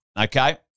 okay